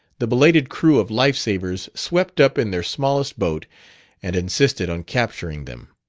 the belated crew of life-savers swept up in their smallest boat and insisted on capturing them.